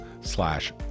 slash